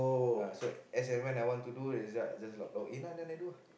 uh so as when when I want to do it's like just like log in lah then they do lah